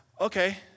Okay